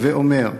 הווי אומר,